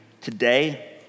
today